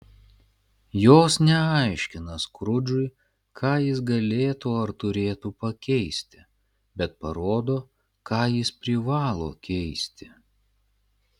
jos neaiškina skrudžui ką jis galėtų ar turėtų pakeisti bet parodo ką jis privalo keisti